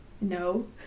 No